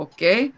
Okay